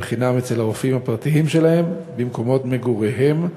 חינם אצל הרופאים הפרטיים שלהם במקומות מגוריהם.